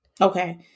Okay